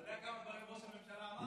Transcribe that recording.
אתה יודע כמה דברים ראש הממשלה אמר?